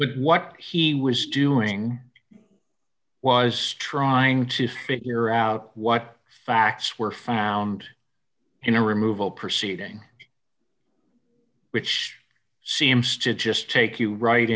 but what he was doing was trying to figure out what facts were found in a removal proceeding which seems to just take you right